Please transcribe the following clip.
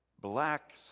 black